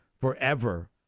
forever